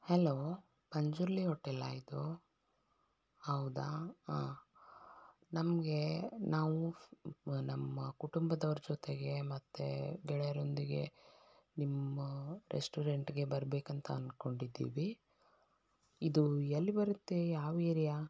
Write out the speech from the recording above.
hello Panjurli ಹೋಟೆಲಾ ಇದು ಹೌದಾ ಹಾಂ ನಮಗೆ ನಾವು ನಮ್ಮ ಕುಟುಂಬದವ್ರ ಜೊತೆಗೆ ಮತ್ತು ಗೆಳೆಯರೊಂದಿಗೆ ನಿಮ್ಮ ರೆಸ್ಟೋರೆಂಟ್ಗೆ ಬರಬೇಕಂತ ಅಂದ್ಕೊಂಡಿದ್ದೀವಿ ಇದು ಎಲ್ಲಿ ಬರುತ್ತೆ ಯಾವ ಏರ್ಯಾ